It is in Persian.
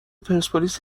پرسپولیس